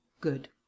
Good